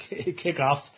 kickoffs